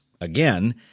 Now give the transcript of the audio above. Again